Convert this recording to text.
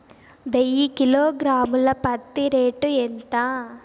వెయ్యి కిలోగ్రాము ల పత్తి రేటు ఎంత?